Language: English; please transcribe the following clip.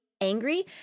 angry